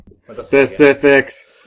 Specifics